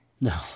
No